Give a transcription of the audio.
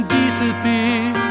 disappear